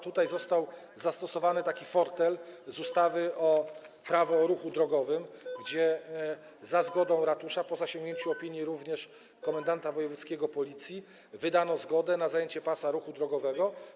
Tutaj został zastosowany taki fortel z ustawy Prawo o ruchu drogowym - za zgodą ratusza, po zasięgnięciu opinii również komendanta wojewódzkiego Policji, wydano zgodę na zajęcie pasa ruchu drogowego.